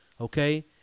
Okay